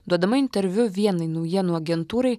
duodama interviu vienai naujienų agentūrai